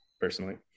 personally